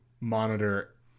monitor